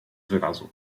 wyrazu